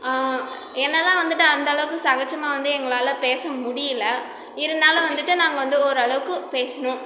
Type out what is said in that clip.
என்னதான் வந்துவிட்டு அந்தளவுக்கு சகஜமாக வந்து எங்களால் பேச முடியல இருந்தாலும் வந்துவிட்டு நாங்கள் வந்து ஓரளவுக்கு பேசினோம்